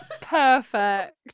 perfect